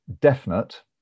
definite